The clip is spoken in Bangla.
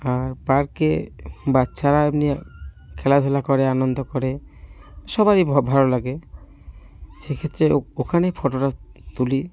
আর পার্কে বাচ্চারা এমনি খেলাধুলা করে আনন্দ করে সবারই ভালো লাগে সেক্ষেত্রে ও ওখানেই ফটোটা তুলি